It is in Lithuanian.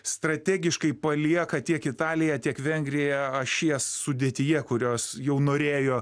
strategiškai palieka tiek italiją tiek vengriją ašies sudėtyje kurios jau norėjo